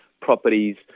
properties